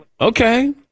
okay